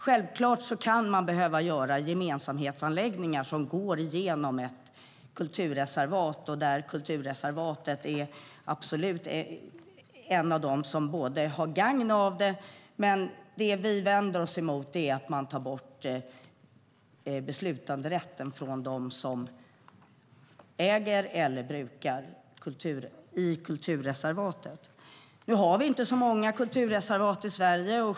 Självklart kan det behöva inrättas gemensamhetsanläggningar som går igenom ett kulturreservat där markägaren är en av dem som har gagn av anläggningen, men det vi vänder oss emot är att beslutanderätten tas bort från dem som äger eller brukar marken i kulturreservatet. Nu finns det inte så många kulturreservat i Sverige.